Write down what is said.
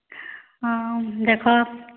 ହଁ ଦେଖ